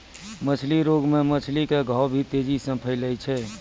मछली रोग मे मछली के घाव भी तेजी से फैलै छै